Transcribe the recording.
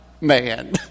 man